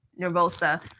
nervosa